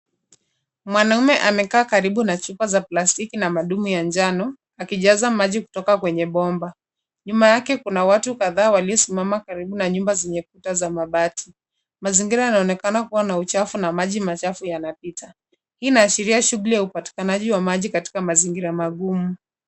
Mwanamume amekaa karibu na chupa za plastiki na madumu ya njano akijaza maji kutoka kwenye bomba. Nyuma yake kuna watu kadhaa waliosimama karibu na nyumba zenye kuta za mabati. Mazingira yanaonekana kuwa na uchafu na maji machafu yanapita. Hii inaashiria shughuli ya upatikanaji wa maji katika mazingira magumu.